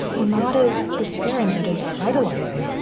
not as despairing, but as vitalizing.